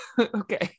Okay